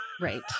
Right